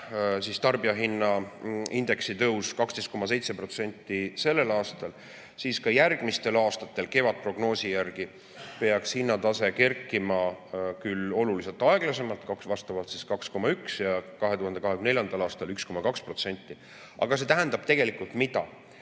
peab tarbijahinnaindeksi tõus 12,7% sellel aastal, siis järgmistel aastatel peaks kevadprognoosi järgi hinnatase kerkima oluliselt aeglasemalt, vastavalt 2,1% ja 2024. aastal 1,2%. Aga see tähendab tegelikult mida?